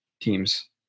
teams